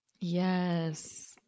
Yes